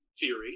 theory